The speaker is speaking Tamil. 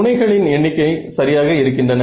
முனைகளின் எண்ணிக்கை சரியாக இருக்கின்றன